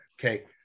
Okay